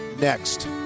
next